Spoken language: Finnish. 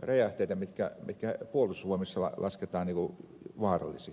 räjähteitä mitkä puolustusvoimissa lasketaan vaarallisiksi